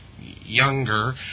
younger